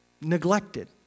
neglected